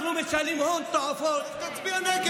אנחנו משלמים הון תועפות, אז תצביע נגד.